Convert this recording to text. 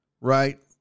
right